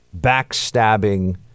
backstabbing